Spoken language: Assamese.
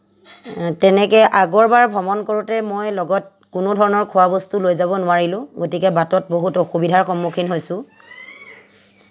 তেনেকৈ আগৰবাৰ ভ্ৰমণ কৰোঁতে মই লগত কোনো ধৰণৰ খোৱাবস্তু লৈ যাব নোৱাৰিলোঁ গতিকে বাটত বহুত অসুবিধাৰ সন্মুখীন হৈছোঁ